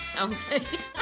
Okay